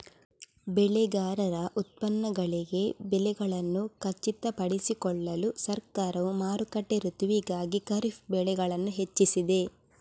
ಬೆಳೆಗಾರರ ಉತ್ಪನ್ನಗಳಿಗೆ ಬೆಲೆಗಳನ್ನು ಖಚಿತಪಡಿಸಿಕೊಳ್ಳಲು ಸರ್ಕಾರವು ಮಾರುಕಟ್ಟೆ ಋತುವಿಗಾಗಿ ಖಾರಿಫ್ ಬೆಳೆಗಳನ್ನು ಹೆಚ್ಚಿಸಿದೆ